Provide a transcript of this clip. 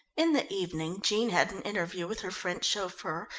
in the evening jean had an interview with her french chauffeur,